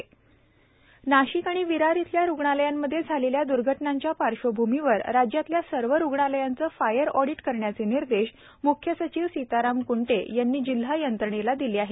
रुग्णालयांचं fire audit करण्याचे निर्देश नाशिक आणि विरार इथल्या रुग्णालयांमध्ये झालेल्या द्र्घटनांच्या पार्श्वभूमीवर राज्यातल्या सर्व रुग्णालयांचं फायर ऑडिट करण्याचे निर्देश म्ख्य सचिव सीताराम कुंटे यांनी जिल्हा यंत्रणेला दिले आहेत